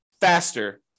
faster